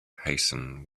hasten